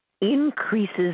increases